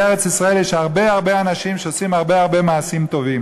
בארץ-ישראל יש הרבה הרבה אנשים שעושים הרבה הרבה מעשים טובים.